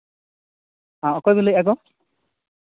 ᱦᱮᱸ ᱚᱠᱚᱭ ᱵᱤᱱ ᱞᱟᱹᱭᱮᱫᱼᱟ ᱜᱚ